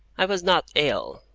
i was not ill,